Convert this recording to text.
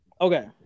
Okay